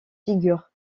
figure